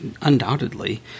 undoubtedly